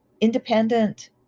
independent